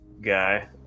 guy